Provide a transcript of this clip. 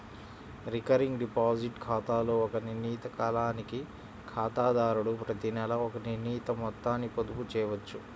recurring deposit ఖాతాలో ఒక నిర్ణీత కాలానికి ఖాతాదారుడు ప్రతినెలా ఒక నిర్ణీత మొత్తాన్ని పొదుపు చేయవచ్చు